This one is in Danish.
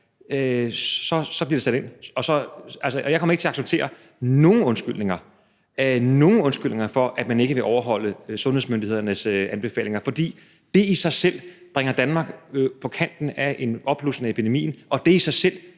så bliver der sat ind. Og jeg kommer ikke til at acceptere nogen undskyldning for, at man ikke vil overholde sundhedsmyndighedernes anbefalinger, fordi det i sig selv bringer Danmark på kanten af en opblussen af epidemien, og det i sig selv